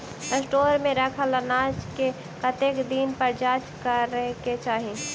Store मे रखल अनाज केँ कतेक दिन पर जाँच करै केँ चाहि?